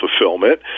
fulfillment